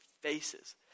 faces